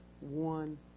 one